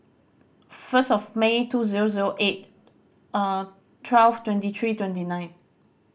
first of May two zero zero eight twelve twenty three twenty nine